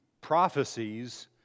prophecies